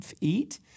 eat